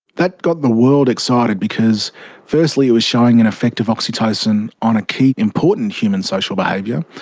that got the world excited because firstly it was showing an effect of oxytocin on a key important human social behaviour,